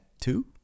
two